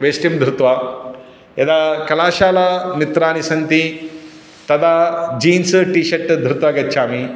वेष्टिं धृत्वा यदा कलाशाला मित्राणि सन्ति तदा जीन्स् टीशर्ट् धृत्वा गच्छामि